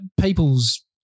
people's